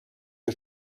que